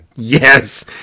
Yes